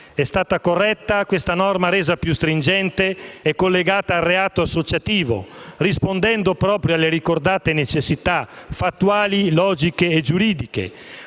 accorto, ed è stata resa più stringente e collegata al reato associativo, rispondendo proprio alle ricordate necessità fattuali, logiche e giuridiche,